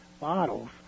bottles